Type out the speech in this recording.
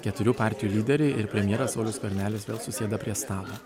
keturių partijų lyderiai ir premjeras saulius skvernelis vėl susėda prie stalo